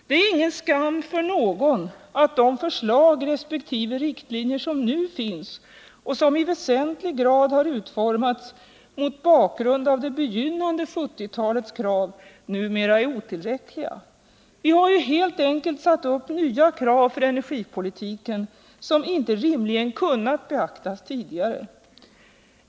Det är ingen skam för någon att de förslag resp. riktlinjer som nu finns och som i väsentlig grad har utformats mot bakgrund av det begynnande 1970-talets krav numera är otillräckliga. Vi har ju helt enkelt satt upp nya krav för energipolitiken, som inte rimligen kunnat beaktas tidigare.